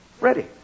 ready